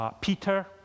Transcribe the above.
Peter